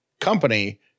company